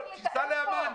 שייסע לעמאן.